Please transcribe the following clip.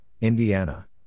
Indiana